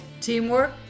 teamwork